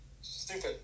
stupid